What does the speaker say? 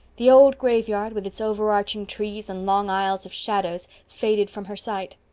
the old graveyard, with its over-arching trees and long aisles of shadows, faded from her sight.